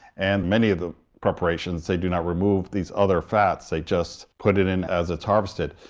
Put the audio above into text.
and many of the preparations, they do not remove these other fats, they just put it in as it's harvested.